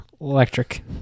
Electric